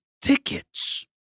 tickets